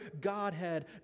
Godhead